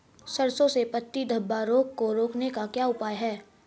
सरसों में पत्ती धब्बा रोग को रोकने का क्या उपाय है?